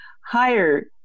higher